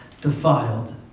defiled